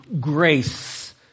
grace